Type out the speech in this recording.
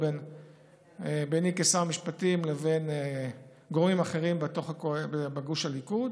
או ביני כשר המשפטים לבין גורמים אחרים בגוש הליכוד.